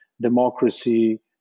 democracy